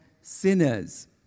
sinners